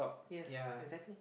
yes exactly